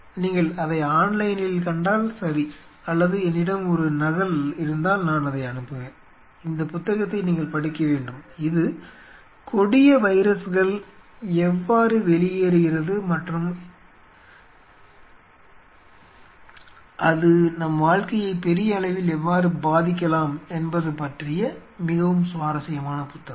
நீங்கள் அதை ஆன்லைனில் கண்டால் சரி அல்லது என்னிடம் ஒரு நகல் இருந்தால் நான் அதை அனுப்புவேன் இந்த புத்தகத்தை நீங்கள் படிக்க வேண்டும் இது கொடிய வைரஸ்கள் எவ்வாறு வெளியேறுகிறது மற்றும் அது நம் வாழ்க்கையை பெரிய அளவில் எவ்வாறு பாதிக்கலாம் என்பது பற்றிய மிகவும் சுவாரஸ்யமான புத்தகம்